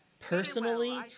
Personally